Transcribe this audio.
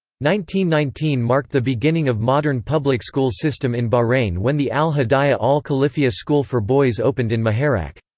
nineteen nineteen marked the beginning of modern public school system in bahrain when the al-hidaya al-khalifia school for boys opened in muharraq.